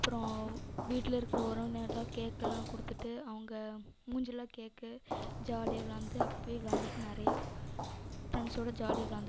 அப்புறம் வீட்டில் இருக்கிற உறவினர்கிட்ட கேக்கெல்லாம் கொடுத்துட்டு அவங்க மூஞ்சிலெலாம் கேக்கு ஜாலியாக விளாந்து அப்பி விளாந்துவிட்டு நிறைய ஃப்ரெண்ட்ஸ்ஸோடு ஜாலியாக விளாந்து